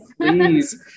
Please